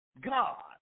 God